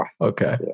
Okay